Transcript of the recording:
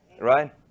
Right